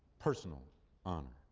personal honor.